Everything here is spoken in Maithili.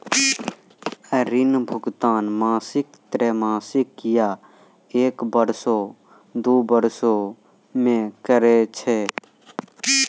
ऋण भुगतान मासिक, त्रैमासिक, या एक बरसो, दु बरसो मे करै छै